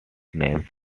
names